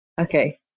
Okay